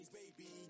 baby